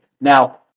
now